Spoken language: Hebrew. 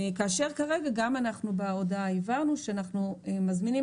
כאשר כרגע גם אנחנו בהודעה הבהרנו שאנחנו מזמינים